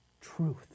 truth